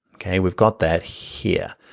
okay? we've got that here.